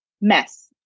mess